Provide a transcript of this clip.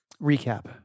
recap